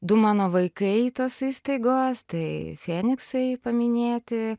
du mano vaikai tos įstaigos tai feniksai paminėti